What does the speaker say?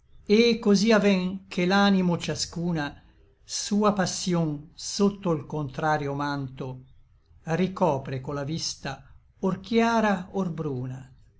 et cosí aven che l'animo ciascuna sua passïon sotto l contrario manto ricopre co la vista or chiara or bruna